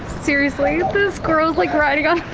seriously, the squirrel's like riding on